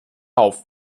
auf